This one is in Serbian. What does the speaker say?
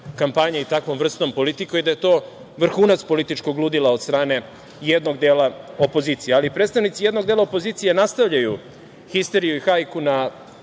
kampanje i takvom vrstom politike i da je to vrhunac političkog ludila od strane jednog dela opozicije, ali predstavnici jednog dela opozicije nastavljaju histeriju i hajku na